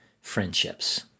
friendships